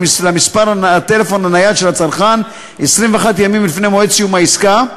למספר הטלפון הנייד של הצרכן 21 ימים לפני מועד סיום העסקה,